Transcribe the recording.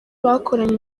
bakoranye